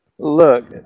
look